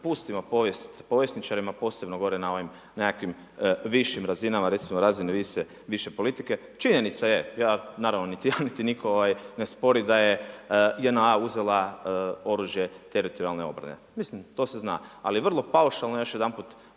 prepustimo povijest povjesničarima posebno gore na ovim nekakvim višim razinama recimo razine više politike. Činjenica je, ja naravno niti ja niti nitko ne spori da je JNA uzela oružje Teritorijalne obrane. Mislim to se zna. Ali je vrlo paušalno još jedanput